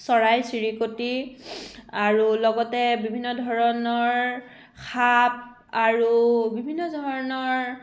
চৰাই চিৰিকটি আৰু লগতে বিভিন্ন ধৰণৰ সাপ আৰু বিভিন্ন ধৰণৰ